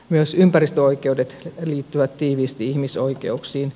myös ympäristöoikeudet liittyvät tiiviisti ihmisoikeuksiin